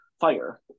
fire